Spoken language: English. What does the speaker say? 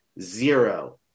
zero